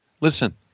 Listen